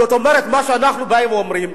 זאת אומרת מה שאנחנו באים ואומרים,